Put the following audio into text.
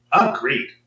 Agreed